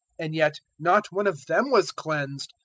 and yet not one of them was cleansed,